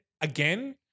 again